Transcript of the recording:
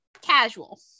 casual